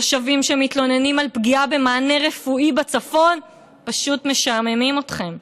תושבים שמתלוננים על פגיעה במענה רפואי בצפון פשוט משעממים אתכם.